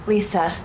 Lisa